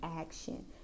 action